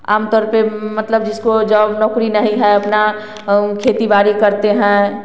आमतौर पे जिसको मतलब जॉब नौकरी नहीं है अपना खेती बाड़ी करते हैं